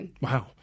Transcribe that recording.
Wow